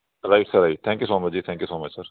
right sir right thank you so much ji thank you so much sir